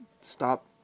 Stop